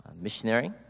missionary